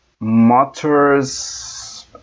motors